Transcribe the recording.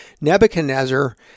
Nebuchadnezzar